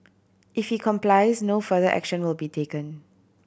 if he complies no further action will be taken